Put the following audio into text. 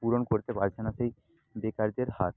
পূরণ করতে পারছে না সেই বেকারদের হার